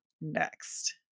next